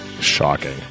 Shocking